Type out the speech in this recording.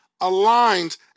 aligned